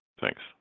Thanks